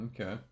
Okay